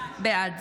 בעד